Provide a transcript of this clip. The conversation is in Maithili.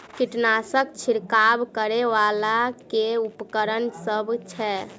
कीटनासक छिरकाब करै वला केँ उपकरण सब छै?